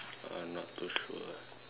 uh not too sure eh